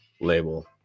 label